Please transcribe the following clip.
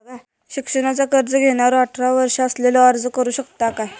शिक्षणाचा कर्ज घेणारो अठरा वर्ष असलेलो अर्ज करू शकता काय?